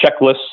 checklists